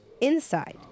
inside